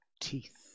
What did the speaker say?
teeth